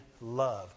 love